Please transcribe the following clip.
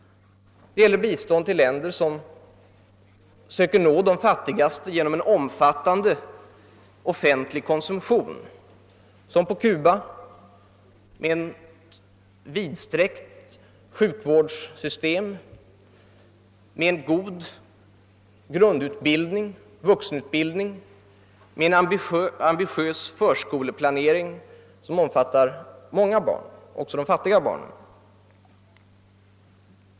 Det gäller bistånd till länder som söker nå de fattigaste genom en omfattande offentlig konsumtion som når ut till de svaga — som på Cuba med ett vidsträckt sjukvårdssystem, med en god grundutbildning och vuxenutbildning, med en ambitiös förskoleplanering som omfattar många barn och också de fattiga barnen.